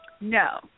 no